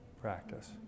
Practice